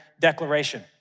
declaration